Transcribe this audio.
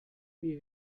wie